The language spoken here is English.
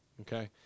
Okay